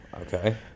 Okay